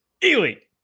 Elite